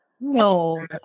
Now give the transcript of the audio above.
No